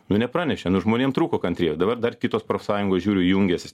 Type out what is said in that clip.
nu nepranešė nu žmonėm trūko kantrybė dabar dar kitos profsąjungos žiūriu jungiasi